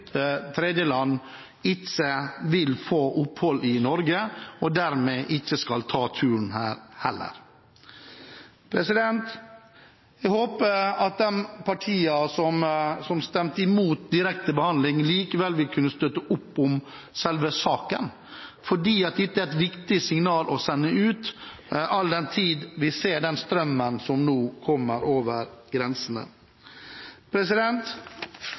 tredjeland, ikke vil få opphold i Norge og dermed heller ikke skal ta turen hit. Jeg håper at de partiene som stemte imot direkte behandling, likevel vil kunne støtte opp om selve saken, for dette er et viktig signal å sende ut, all den tid vi ser den strømmen som nå kommer over grensene.